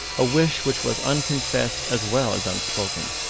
a wish which was unconfessed as well as unspoken.